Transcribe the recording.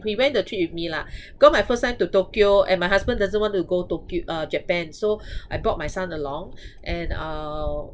he went the trip with me lah cause my first time to tokyo and my husband doesn't want to go tokyo uh Japan so I brought my son along and uh